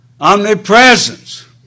Omnipresence